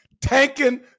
tanking